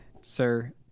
Sir